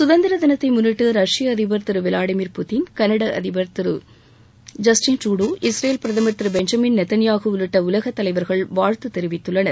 சுதந்திர தினத்தை முன்னிட்டு ரஷ்ய அதிபர் திரு விளாடிமீர் புட்டின் கனடா அதிபர் திரு ஜஸ்டின் ட்ரிடோ இஸ்ரேல் பிரதமர் திரு பெஞ்சமின் நெத்தன்யாகூ உள்ளிட்ட உலகத் தலைவர்கள் வாழ்த்து தெரிவித்துள்ளனர்